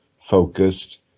focused